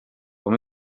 com